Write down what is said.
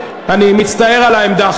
אני מצטער על העמדה,